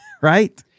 right